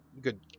good